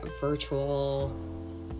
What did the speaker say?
virtual